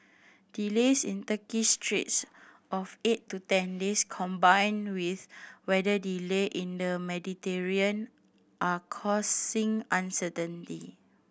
delays in Turkish straits of eight to ten days combined with weather delay in the Mediterranean are causing uncertainty